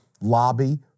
lobby